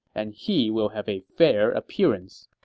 and he will have a fair appearance.